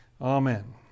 Amen